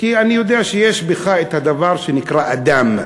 כי אני יודע שיש בך את הדבר שנקרא אדם,